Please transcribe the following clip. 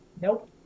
Nope